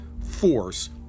force